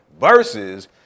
Versus